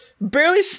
barely